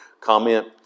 comment